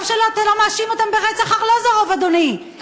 טוב שאתה לא מאשים אותם ברצח ארלוזורוב, אדוני.